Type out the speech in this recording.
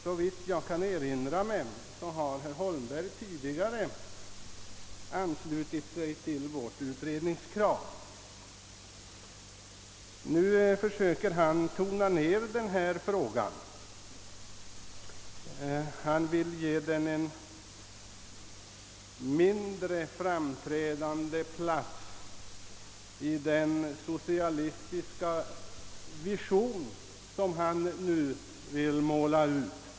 Såvitt jag kan erinra mig har herr Holmberg tidigare anslutit sig till vårt utredningskrav. Nu försöker han tona ned denna fråga och ge den en mindre framträdande plats i den socialistiska vision han målar ut.